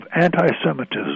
anti-Semitism